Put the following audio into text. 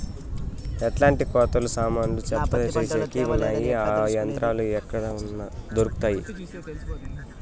ఎట్లాంటి కోతలు సామాన్లు చెత్త తీసేకి వున్నాయి? ఆ యంత్రాలు ఎక్కడ దొరుకుతాయి?